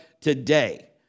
today